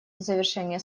завершения